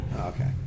Okay